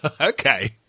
Okay